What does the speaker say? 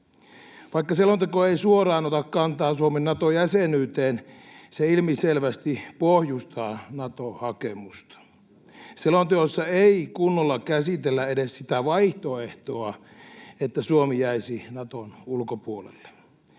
Vaikka selonteko ei suoraan ota kantaa Suomen Nato-jäsenyyteen, se ilmiselvästi pohjustaa Nato-hakemusta. Selonteossa ei kunnolla käsitellä edes sitä vaihtoehtoa, että Suomi jäisi Naton ulkopuolelle.